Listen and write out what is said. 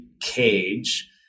cage